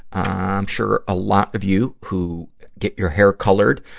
i'm sure a lot of you who get your hair colored,